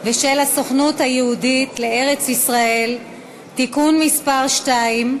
ושל הסוכנות היהודית לארץ-ישראל (תיקון מס' 2)